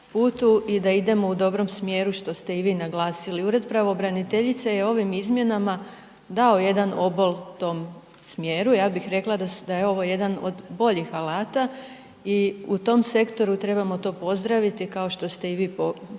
putu i da idemo u dobrom smjeru, što ste i vi naglasili. Ured pravobraniteljice je ovim izmjenama dao jedan obol tom smjeru. Ja bih rekla da je ovo jedan od boljih alata i u tom sektoru trebamo to pozdraviti kao što ste i vi pozdravili